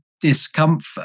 discomfort